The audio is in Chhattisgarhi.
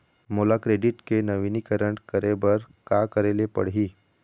मोला क्रेडिट के नवीनीकरण करे बर का करे ले पड़ही?